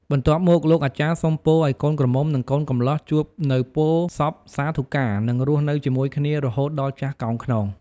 បន្ទាប់មកលោកអាចារ្យសុំពរឱ្យកូនក្រមុំនិងកូនកម្លោះជួបនូវពរសព្វសាធុការ និងរស់នៅជាមួយគ្នារហូតដល់ចាស់កោងខ្នង។